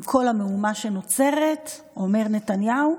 עם כל המהומה שנוצרת, אומר נתניהו: